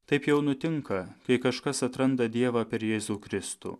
taip jau nutinka kai kažkas atranda dievą per jėzų kristų